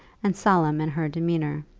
and solemn in her demeanour.